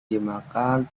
dimakan